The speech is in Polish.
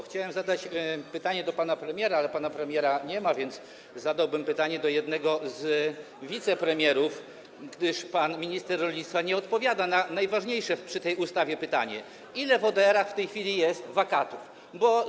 Chciałem zadać pytanie do pana premiera, ale pana premiera nie ma, więc zadałbym pytanie do jednego z wicepremierów, gdyż pan minister rolnictwa nie odpowiada na najważniejsze dotyczące tej ustawy pytanie: Ile jest w tej chwili wakatów w ODR-ach?